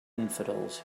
infidels